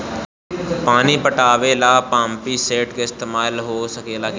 पानी पटावे ल पामपी सेट के ईसतमाल हो सकेला कि ना?